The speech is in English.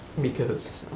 because